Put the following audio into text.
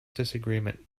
disagreement